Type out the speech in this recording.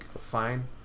fine